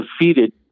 defeated